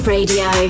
Radio